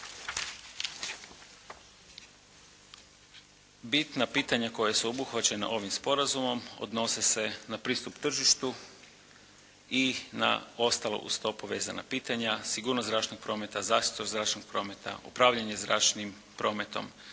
Bitna pitanja koja su obuhvaćena ovim sporazumom odnose se na pristup tržištu i na ostala uz to povezana pitanja; sigurnost zračnog prometa, zaštitu zračnog prometa, upravljanje zračnim prometom,